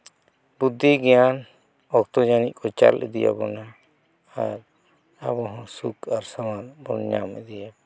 ᱵᱩᱫᱽᱫᱷᱤ ᱜᱮᱭᱟᱱ ᱚᱠᱛᱚ ᱡᱟᱹᱱᱤᱡ ᱠᱚ ᱪᱟᱞ ᱤᱫᱤ ᱟᱵᱚᱱᱟ ᱟᱨ ᱟᱵᱚ ᱦᱚᱸ ᱥᱩᱠ ᱟᱨ ᱥᱟᱶᱟᱨ ᱧᱟᱢ ᱤᱫᱤᱭᱟ